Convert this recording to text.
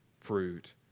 fruit